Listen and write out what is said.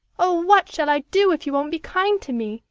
oh! what shall i do if you won't be kind to me?